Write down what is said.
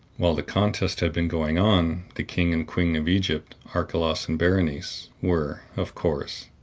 while the contest had been going on, the king and queen of egypt, archelaus and berenice, were, of course,